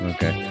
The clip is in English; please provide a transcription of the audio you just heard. Okay